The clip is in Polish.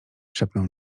szepnął